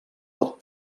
pot